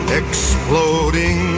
exploding